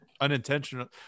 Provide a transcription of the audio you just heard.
unintentional